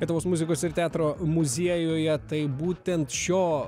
lietuvos muzikos ir teatro muziejuje tai būtent šio